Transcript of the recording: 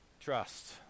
Trust